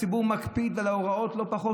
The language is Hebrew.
הציבור מקפיד על ההוראות לא פחות,